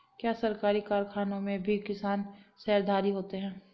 क्या सरकारी कारखानों में भी किसान शेयरधारी होते हैं?